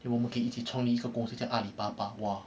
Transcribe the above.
then 我们可以一起创立一个公司叫阿里巴巴 !wah!